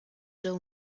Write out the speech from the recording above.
dull